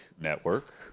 network